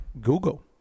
Google